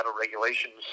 regulations